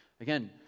Again